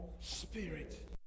spirit